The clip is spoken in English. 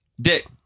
Dick